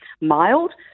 mild